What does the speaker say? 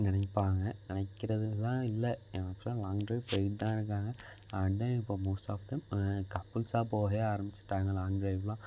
நினைப்பாங்க நினைக்கிறதுலாம் இல்லை ஆக்சுவலாக லாங் ட்ரைவ் போய்ட்டுதான் இருக்காங்க அண்ட் தென் இப்போ மோஸ்ட் ஆஃப் தெம் கப்புள்ஸ்ஸாக போகவே ஆரபிச்சிட்டாங்க லாங் ட்ரைவ்லாம்